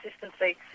consistency